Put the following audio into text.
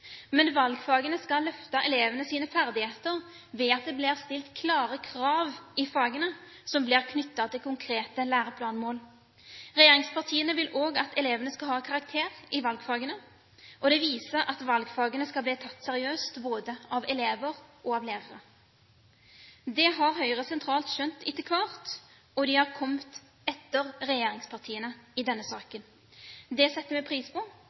Men valgfagene skal løfte elevenes ferdigheter ved at det blir stilt klare krav i fagene som blir knyttet til konkrete læreplanmål. Regjeringspartiene vil også at elevene skal ha karakterer i valgfagene. Det viser at valgfagene skal bli tatt seriøst både av elever og av lærere. Det har Høyre sentralt skjønt etter hvert, og de har kommet etter regjeringspartiene i denne saken. Det setter vi pris på.